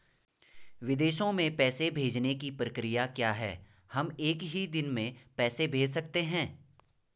विदेशों में पैसे भेजने की प्रक्रिया क्या है हम एक ही दिन में पैसे भेज सकते हैं?